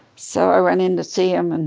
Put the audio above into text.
so i went in to see him. and